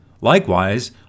Likewise